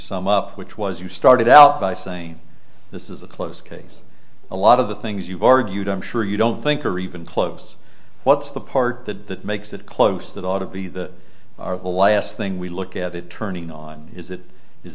sum up which was you started out by saying this is a close case a lot of the things you've argued i'm sure you don't think are even close what's the part that makes it close that ought to be the last thing we look at it turning on is it is